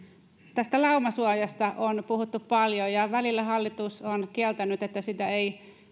tästä laumasuojasta on puhuttu paljon ja välillä hallitus on kieltänyt että